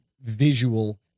visual